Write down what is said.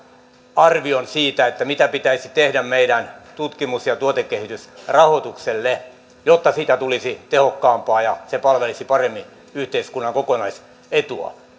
arvion siitä mitä pitäisi tehdä meidän tutkimus ja ja tuotekehitysrahoitukselle jotta siitä tulisi tehokkaampaa ja se palvelisi paremmin yhteiskunnan kokonaisetua